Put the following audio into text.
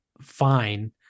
Fine